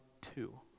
two